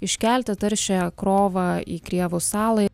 iškelti taršiąją krovą į krievų salą